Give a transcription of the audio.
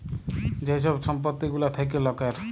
যে ছব সম্পত্তি গুলা থ্যাকে লকের